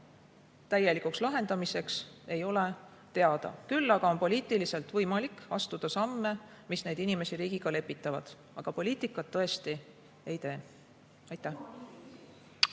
täielikuks lahendamiseks ei ole teada. Küll aga on poliitiliselt võimalik astuda samme, mis neid inimesi riigiga lepitavad. Aga poliitikat [õiguskantsler]